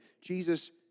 Jesus